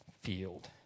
field